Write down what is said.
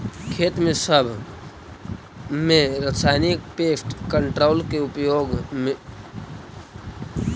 खेत सब में रासायनिक पेस्ट कंट्रोल के उपयोग बढ़ गेलई हे